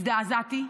הזדעזעתי,